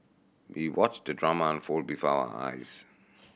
we watched the drama unfold before our eyes